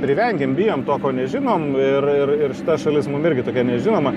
privengiam bijom to ko nežinom ir ir ir šita šalis mum irgi tokia nežinoma